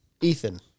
Ethan